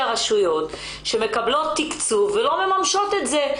הראשויות שמקבלות תקצוב ולא ממשות את זה.